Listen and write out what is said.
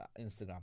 Instagram